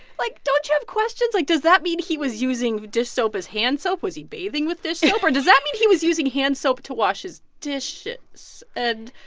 like don't you have questions? like, does that mean he was using dish soap as hand soap? was he bathing with dish soap? or does that mean he was using hand soap to wash his dishes? and,